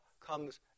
comes